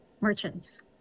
merchants